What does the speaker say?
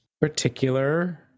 particular